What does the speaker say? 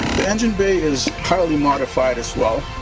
the engine bay is highly modified as well.